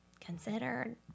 considered